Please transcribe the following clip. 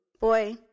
Boy